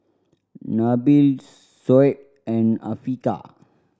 Nabil Shoaib and Afiqah